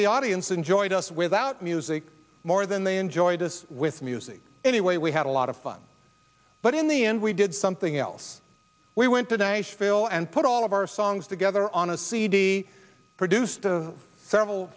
the audience enjoyed us without music more than they enjoyed this with music anyway we had a lot of fun but in the end we did something else we went today phil and put all of our songs together on a cd produced several